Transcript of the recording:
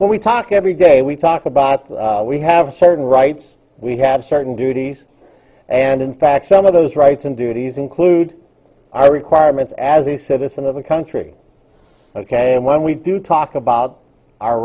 when we talk every day we talk about we have certain rights we have certain duties and in fact some of those rights and duties include our requirements as a citizen of the country ok and when we do talk about our